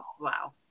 Wow